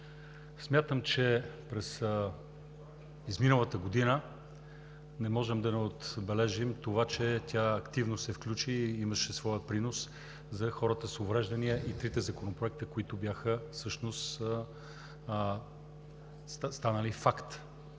Смятам, че през изминалата година не можем да не отбележим това, че тя активно се включи и имаше своя принос за хората с увреждания и трите законопроекта, които бяха станали факт.